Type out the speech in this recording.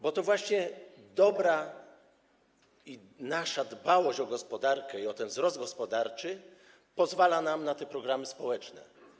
Bo to właśnie nasza dbałość o gospodarkę i o ten wzrost gospodarczy pozwala nam na te programy społeczne.